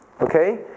Okay